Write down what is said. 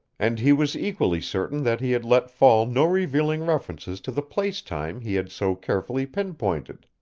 and he was equally certain that he had let fall no revealing references to the place-time he had so carefully pinpointed.